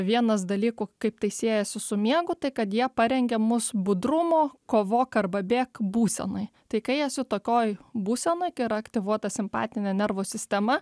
vienas dalykų kaip tai siejasi su miegu tai kad jie parengia mus budrumo kovok arba bėk būsenai tai kai esu tokioj būsenoj kai yra aktyvuota simpatinė nervų sistema